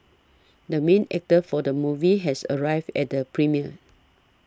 the main actor for the movie has arrived at the premiere